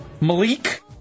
Malik